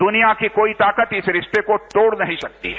दुनिया की कोई ताकत इस रिश्ते को तोड़ नहीं सकती है